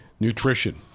Nutrition